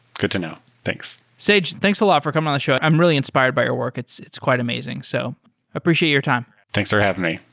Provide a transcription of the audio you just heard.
good to know. thanks. sage, thanks a lot for coming on the show. i'm really inspired by your work. it's it's quite amazing. so appreciate your time. thanks for having me.